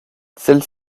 celles